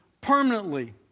permanently